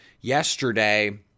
yesterday